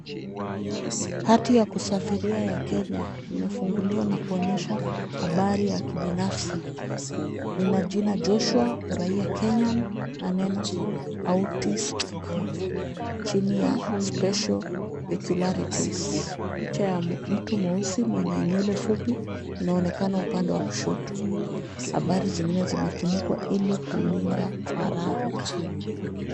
Hati ya kusafiria ya Kenya imefunguliwa na kuonyesha habari ya kibinafsi, ina jina Joshua, uraia Kenya, na neno autistic chini ya special specularities , picha ya mtu mweusi mwenye nywele fupi inaonekana upande wa kushoto, habari zingine zimefunikwa ili kulinda faragha.